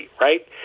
right